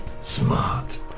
smart